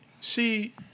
see